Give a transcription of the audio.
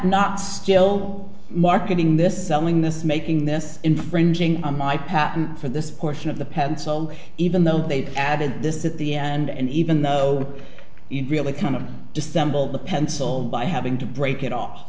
not still marketing this is selling this is making this infringing on my patent for this portion of the pencil even though they've added this at the end even though you really kind of dissemble the pencil by having to break it off